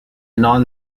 non